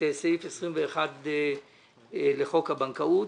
סעיף 21 לחוק הבנקאות,